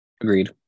Agreed